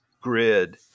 grid